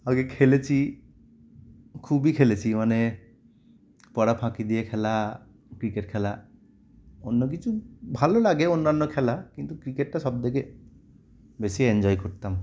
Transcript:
আগে খেলেছি খুবই খেলেছি মানে পড়া ফাঁকি দিয়ে খেলা ক্রিকেট খেলা অন্য কিছু ভালো লাগে অন্যান্য খেলা কিন্তু ক্রিকেটটা সব থেকে বেশি এনজয় করতাম